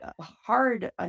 hard